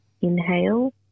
inhale